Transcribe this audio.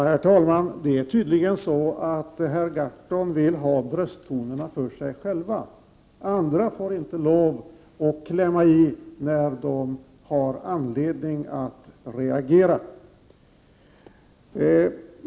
Herr talman! Det är tydligen så att herr Gahrton vill ha brösttonerna för sig själv, andra får inte lov att klämma i när de har anledning att reagera.